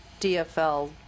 DFL